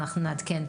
ואנחנו נעדכן,